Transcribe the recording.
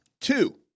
Two